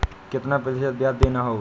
कितना प्रतिशत ब्याज देना होगा?